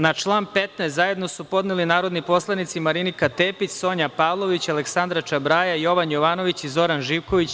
Na član 15. amandman su zajedno podneli narodni poslanici Marinika Tepić, Sonja Pavlović, Aleksandra Čabraja, Jovan Jovanović i Zoran Živković.